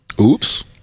Oops